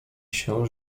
się